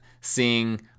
seeing